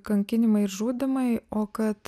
kankinimai ir žudymai o kad